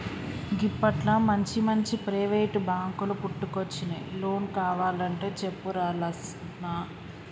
గిప్పట్ల మంచిమంచి ప్రైవేటు బాంకులు పుట్టుకొచ్చినయ్, లోన్ కావలంటే చెప్పురా లస్మా